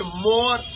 more